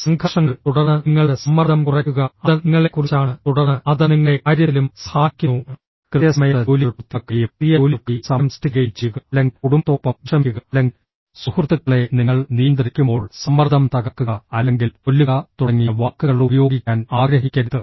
സംഘർഷങ്ങൾ തുടർന്ന് നിങ്ങളുടെ സമ്മർദ്ദം കുറയ്ക്കുക അത് നിങ്ങളെക്കുറിച്ചാണ് തുടർന്ന് അത് നിങ്ങളെ കാര്യത്തിലും സഹായിക്കുന്നു കൃത്യസമയത്ത് ജോലികൾ പൂർത്തിയാക്കുകയും പുതിയ ജോലികൾക്കായി സമയം സൃഷ്ടിക്കുകയും ചെയ്യുക അല്ലെങ്കിൽ കുടുംബത്തോടൊപ്പം വിശ്രമിക്കുക അല്ലെങ്കിൽ സുഹൃത്തുക്കളെ നിങ്ങൾ നിയന്ത്രിക്കുമ്പോൾ സമ്മർദ്ദം തകർക്കുക അല്ലെങ്കിൽ കൊല്ലുക തുടങ്ങിയ വാക്കുകൾ ഉപയോഗിക്കാൻ ആഗ്രഹിക്കരുത്